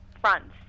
fronts